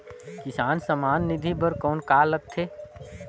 किसान सम्मान निधि बर कौन का लगथे?